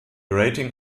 rating